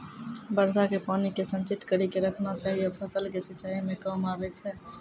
वर्षा के पानी के संचित कड़ी के रखना चाहियौ फ़सल के सिंचाई मे काम आबै छै?